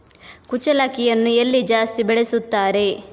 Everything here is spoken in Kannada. ಕುಚ್ಚಲಕ್ಕಿಯನ್ನು ಎಲ್ಲಿ ಜಾಸ್ತಿ ಬೆಳೆಸುತ್ತಾರೆ?